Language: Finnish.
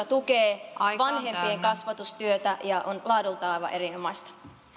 tukee vanhempien kasvatustyötä ja on laadultaan aivan erinomaista